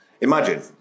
Imagine